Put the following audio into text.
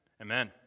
Amen